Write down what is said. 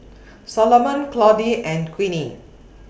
Salomon Claudie and Queenie